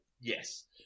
yes